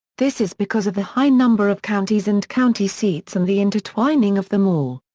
this is because of the high number of counties and county seats and the intertwining of them all.